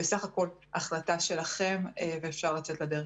בסך הכול החלטה שלכם ואפשר לצאת לדרך.